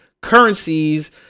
currencies